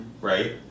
Right